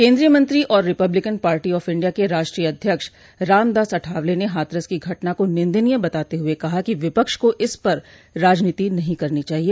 केन्द्रीय मंत्री और रिपब्लिकन पार्टी ऑफ इंडिया के राष्ट्रीय अध्यक्ष रामदास अठावले ने हाथरस की घटना को निन्दनीय बताते हुए कहा कि विपक्ष को इस पर राजनीति नहीं करनी चाहिये